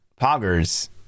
Poggers